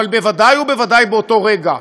אבל בוודאי ובוודאי באותו רגע,